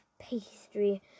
pastry